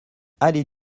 allée